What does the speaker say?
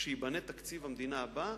כשייבנה תקציב המדינה הבא,